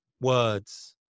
words